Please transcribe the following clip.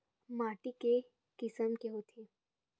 माटी के किसम के होथे?